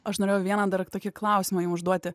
aš norėjau vieną dar tokį klausimą jum užduoti